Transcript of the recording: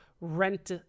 rent